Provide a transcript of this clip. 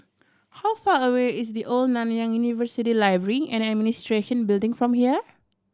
how far away is The Old Nanyang University Library and Administration Building from here